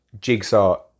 jigsaw